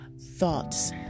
thoughts